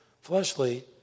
fleshly